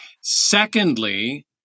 Secondly